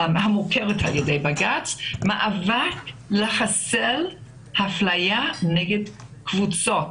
המוכר על ידי בג"ץ לחסל אפליה נגד קבוצות